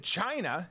China